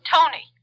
Tony